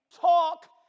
talk